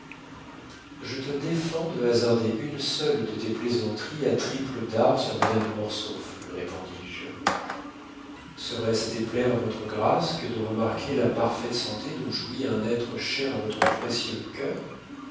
je te défends de hasarder une seule de tes plaisanteries à triple dard sur madame de mortsauf lui répondis-je serait-ce déplaire à votre grâce que de remarquer la parfaite santé dont jouit un être cher à votre précieux cœur